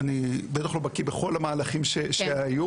אני בטח לא בקיא בכל המהלכים שהיו,